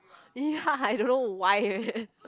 ya I don't know why